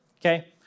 okay